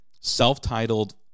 self-titled